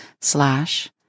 slash